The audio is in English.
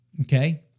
okay